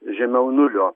žemiau nulio